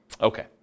Okay